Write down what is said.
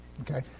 Okay